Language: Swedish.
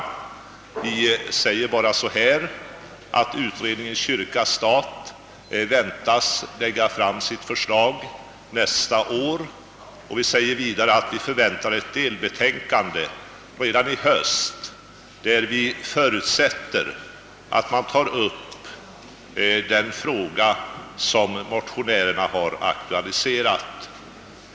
Utskottet säger bara att utredningen kyrka—stat väntas lägga fram sitt förslag nästa år — ett delbetänkande kommer redan i höst — och att vi förutsätter att där skall beröras det problem som motionärerna aktualiserat.